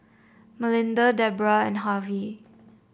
Melinda Debrah and Harvy